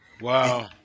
Wow